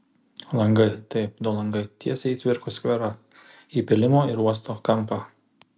langai taip du langai tiesiai į cvirkos skverą į pylimo ir uosto kampą